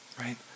right